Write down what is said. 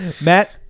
Matt